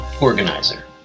organizer